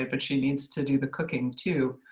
ah but she needs to do the cooking too.